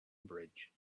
bridge